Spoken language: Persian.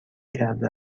کرده